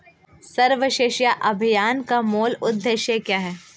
सर्व शिक्षा अभियान का मूल उद्देश्य क्या है?